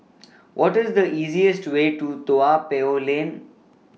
What IS The easiest Way to Toa Payoh Lane